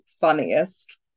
funniest